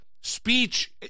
speech